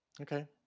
Okay